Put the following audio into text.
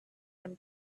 him